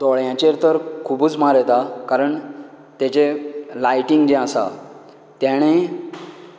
दोळ्यांचेर तर खुबूच मार येता कारण तेजे लायटींग जें आसा तेणे